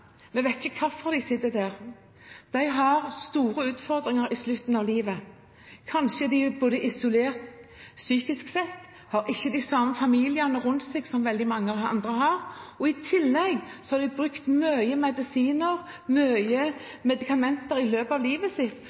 Vi vet ikke hvorfor de sitter der, men de har store utfordringer i slutten av livet. Kanskje er de isolert, psykisk sett, har ikke familien rundt seg på samme måte som veldig mange andre har, og i tillegg har de brukt mye medisiner, mye medikamenter i løpet av livet,